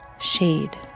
Shade